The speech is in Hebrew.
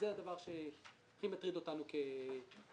זה הדבר שהכי מטריד אותנו כמפקח.